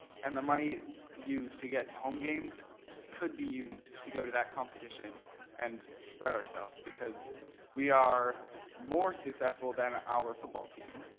and the money used to get to home games could be used to go to that competition and spread ourself because we are more successful than ah our football team.